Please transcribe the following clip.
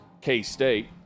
K-State